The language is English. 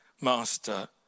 master